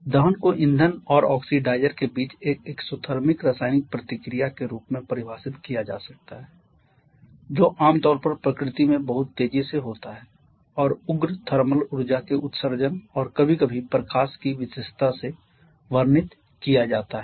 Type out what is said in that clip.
दहन को ईंधन और ऑक्सीडाइज़र के बीच एक एक्सोथर्मिक रासायनिक प्रतिक्रिया के रूप में परिभाषित किया जा सकता है जो आमतौर पर प्रकृति में बहुत तेजी से होता है और उग्र थर्मल ऊर्जा के उत्सर्जन और कभी कभी प्रकाश की विशेषता से वर्णित किया जाता है